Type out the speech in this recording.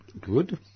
Good